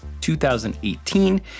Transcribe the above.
2018